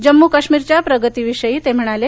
जम्मू काश्मीरच्या प्रगतीविषयी ते म्हणाले